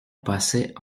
passait